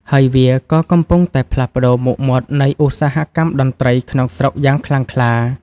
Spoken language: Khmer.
ហើយវាក៏កំពុងតែផ្លាស់ប្តូរមុខមាត់នៃឧស្សាហកម្មតន្ត្រីក្នុងស្រុកយ៉ាងខ្លាំងក្លា។